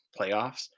playoffs